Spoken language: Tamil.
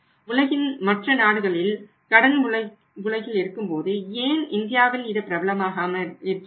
உலகின் மற்ற நாடுகள் கடன் உலகில் இருக்கும்போது ஏன் இந்தியாவில் இது பிரபலமாக இருக்கிறது